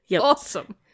Awesome